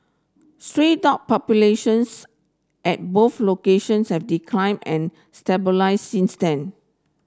stray dog populations at both locations have declined and stabilised since then